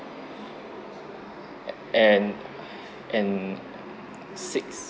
and and six